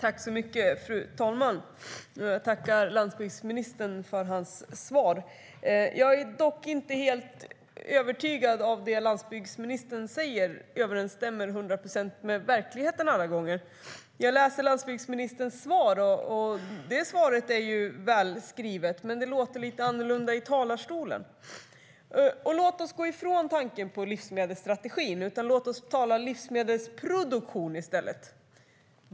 Fru talman! Jag tackar landsbygdsministern för svaret. Jag är dock inte helt övertygad om att det landsbygdsministern säger alla gånger överensstämmer med verkligheten. Landsbygdsministerns svar är välskrivet, men det låter annorlunda i talarstolen. Låt oss gå ifrån tanken på livsmedelsstrategi och tala livsmedelsproduktion i stället.